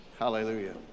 Hallelujah